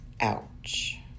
Ouch